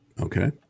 okay